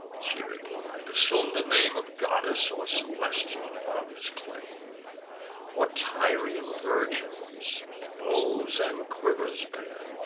she replied, assume the name of goddess, or celestial honors claim for tyrian virgins bows and quivers bear,